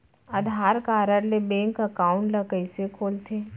आधार card ले bank account ल कइसे खोलथे?